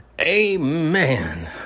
Amen